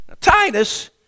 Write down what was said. Titus